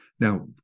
Now